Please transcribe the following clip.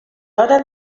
hora